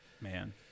Man